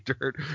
dirt